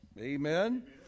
Amen